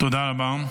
תודה רבה.